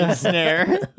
Snare